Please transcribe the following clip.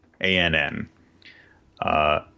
A-N-N